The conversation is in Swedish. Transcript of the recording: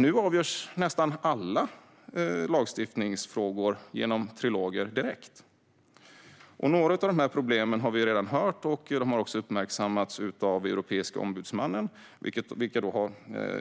Nu avgörs nästan alla lagstiftningsfrågor direkt genom triloger. Några av dessa problem har vi redan hört, och de har även uppmärksammats av Europeiska ombudsmannen som har